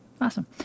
Awesome